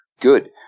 good